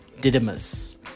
Didymus